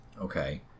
Okay